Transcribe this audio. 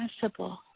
possible